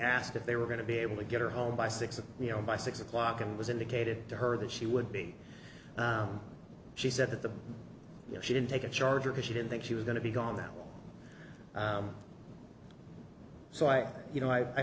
asked if they were going to be able to get her home by six you know by six o'clock and was indicated to her that she would be she said that the you know she didn't take a charger she didn't think she was going to be gone that so i you know i i